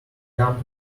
company